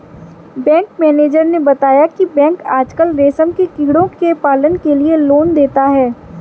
bank manager ने बताया की बैंक आजकल रेशम के कीड़ों के पालन के लिए लोन देता है